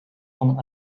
van